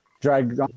drag